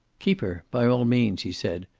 keep her, by all means, he said.